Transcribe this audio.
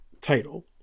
title